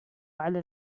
على